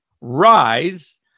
rise